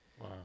Wow